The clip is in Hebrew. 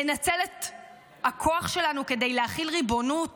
לנצל את הכוח שלנו כדי להחיל ריבונות